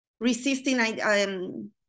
resisting